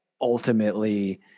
ultimately